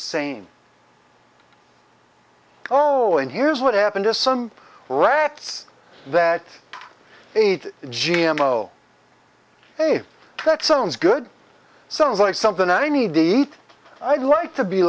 same oh and here's what happened to some rats that ate g m o hey that sounds good sounds like something i need to eat i'd like to be